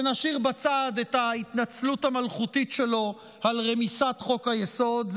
ונשאיר בצד את ההתנצלות שלו על רמיסת חוק-היסוד,